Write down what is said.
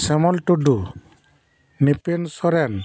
ᱥᱮᱢᱚᱞ ᱴᱩᱰᱩ ᱱᱤᱯᱮᱱ ᱥᱚᱨᱮᱱ